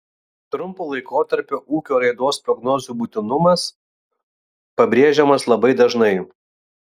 trumpo laikotarpio ūkio raidos prognozių būtinumas pabrėžiamas labai dažnai